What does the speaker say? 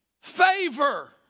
Favor